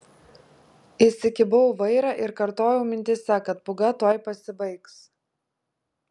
įsikibau į vairą ir kartojau mintyse kad pūga tuoj pasibaigs